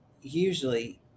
usually